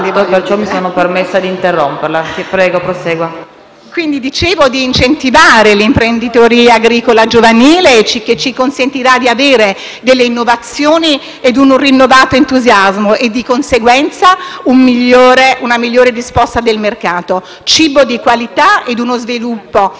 i loro figli. Incentivare l'imprenditoria agricola giovanile ci consentirà di avere innovazioni e rinnovato entusiasmo e, di conseguenza, una migliore risposta del mercato, cibo di qualità e uno sviluppo